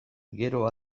gero